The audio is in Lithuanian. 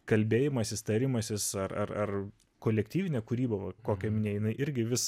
kalbėjimasis tarimasis ar ar ar kolektyvinė kūryba kokią minėjai jinai irgi vis